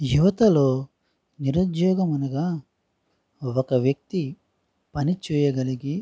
యువతలో నిరుద్యోగమనగా ఒక వ్యక్తి పని చేయగలిగి